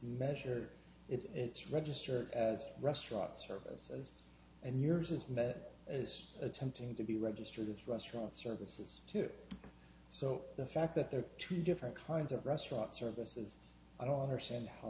measured if it's registered as a restaurant services and yours is met as attempting to be registered with restaurant services to so the fact that there are two different kinds of restaurant services i don't understand how